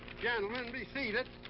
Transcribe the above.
gentlemen, be seated.